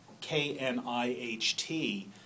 K-N-I-H-T